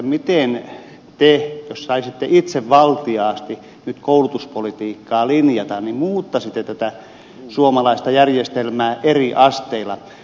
miten te jos saisitte itsevaltiaasti nyt koulutuspolitiikkaa linjata muuttaisitte tätä suomalaista järjestelmää eri asteilla